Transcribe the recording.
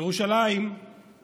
ירושלים היא